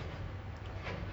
more daring